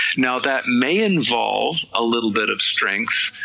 now that may involve a little bit of strength,